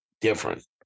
different